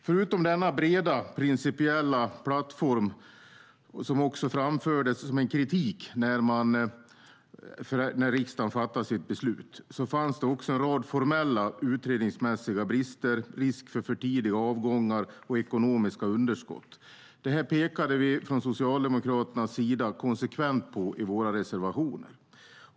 Förutom denna breda, principiella plattform som också framfördes som en kritik när riksdagen fattade sitt beslut fanns det också en rad formella och utredningsmässiga brister, risk för för tidiga avgångar och ekonomiska underskott. Det här pekade vi socialdemokrater konsekvent på i våra reservationer.